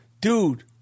dude